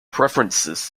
preferences